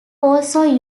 also